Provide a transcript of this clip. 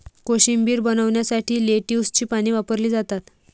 कोशिंबीर बनवण्यासाठी लेट्युसची पाने वापरली जातात